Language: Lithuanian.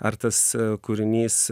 ar tas kūrinys